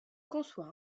conçoit